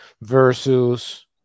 versus